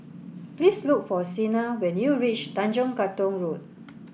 please look for Sina when you reach Tanjong Katong Road